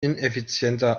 ineffizienter